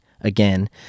again